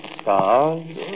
stars